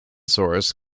source